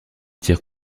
tire